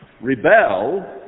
rebel